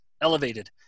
elevated